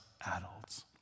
adults